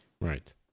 Right